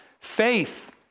Faith